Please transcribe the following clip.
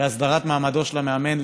בהסדרת מעמדו של המאמן.